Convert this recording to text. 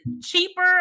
cheaper